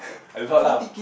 a lot lah